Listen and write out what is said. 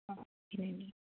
okay అండి